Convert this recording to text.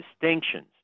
distinctions